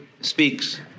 speaks